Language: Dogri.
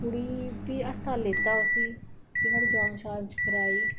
कुड़ी गी फिह् हस्पताल लेता उसी फिह् नुआढ़ी जाॅच कराई